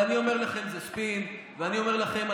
אני אומר, בוא נצביע היום.